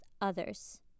others